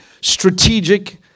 strategic